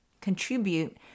contribute